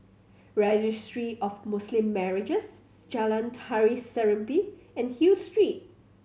Registry of Muslim Marriages Jalan Tari Serimpi and Hill Street